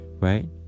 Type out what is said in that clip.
right